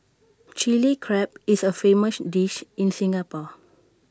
Chilli Crab is A famous dish in Singapore